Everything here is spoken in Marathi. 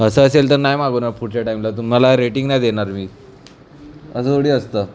असं असेल तर नाही मागवणार पुढच्या टाईमला तुम्हाला रेटिंग नाही देणार मी असं थोडी असतं